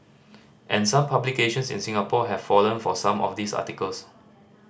and some publications in Singapore have fallen for some of these articles